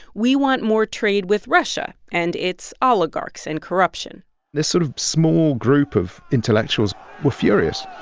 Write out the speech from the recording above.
we want more trade with russia and its oligarchs and corruption this sort of small group of intellectuals were furious.